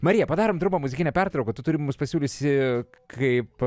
marija padarom trumpą muzikinę pertrauką tu turi mums pasiūliusi kaip